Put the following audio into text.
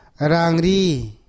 rangri